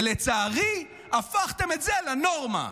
ולצערי, הפכתם את זה לנורמה.